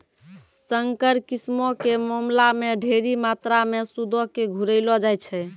संकर किस्मो के मामला मे ढेरी मात्रामे सूदो के घुरैलो जाय छै